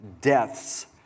deaths